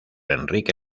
enrique